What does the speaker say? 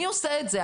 מי עושה את זה?